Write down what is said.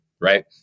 right